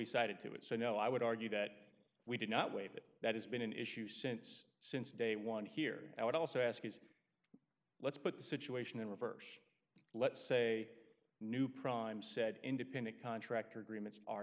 cited to it so no i would argue that we did not waive that that has been an issue since since day one here i would also ask is but the situation in reverse let's say new prime said independent contractor agreements are